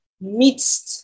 midst